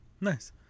nice